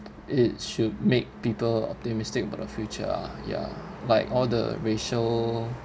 it should make people optimistic about the future uh ya like all the racial